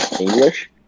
English